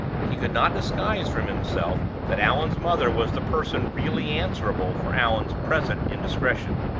he could not disguise from himself that allan's mother was the person really answerable for allan's present indiscretion.